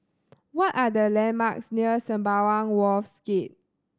what are the landmarks near Sembawang Wharves Gate